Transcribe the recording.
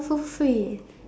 so sweet